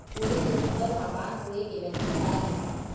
उरीद के फसल म पान मुड़े के लक्षण का ये?